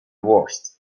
worst